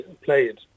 played